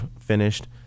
finished